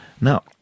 Now